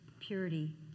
purity